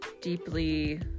deeply